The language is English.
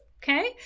Okay